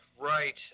right